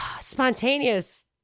spontaneous